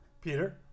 peter